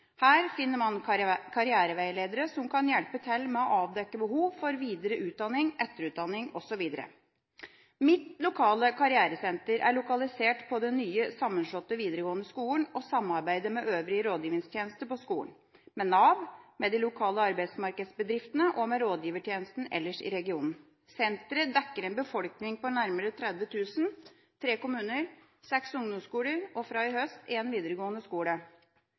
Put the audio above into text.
Her finner man karriereveiledere som kan hjelpe til med å avdekke behov for videre utdanning, etterutdanning osv. Mitt lokale karrieresenter er lokalisert på den nye sammenslåtte videregående skolen og samarbeider med øvrig rådgivningstjeneste på skolen, med Nav, med de lokale arbeidsmarkedsbedriftene og med rådgivertjenesten ellers i regionen. Senteret dekker en befolkning på nærmere 30 000, tre kommuner, seks ungdomsskoler, og fra i høst én videregående skole.